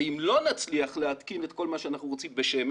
ואם לא נצליח להתקין את כל מה שאנחנו רוצים בשמש